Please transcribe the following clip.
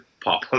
pop